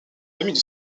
famille